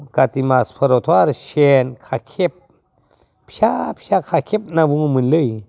काति मासफोरावथ' आरो सेन खाखेब फिसा फिसा खाखेब होनना बुङोमोनलै